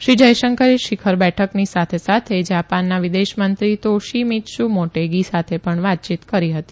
શ્રી જયશંકરે શિખર બેઠકની સાથો સાથ જા નના વિદેશ મંત્રી તોશીમીત્શુ મોટેગી સાથે ણ વાતચીત કરી હતી